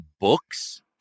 books